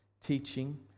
teaching